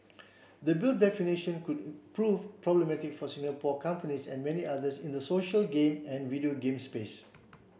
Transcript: the Bill's definition could prove problematic for Singapore companies and many others in the social game and video game space